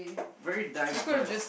very diverse